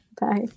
Bye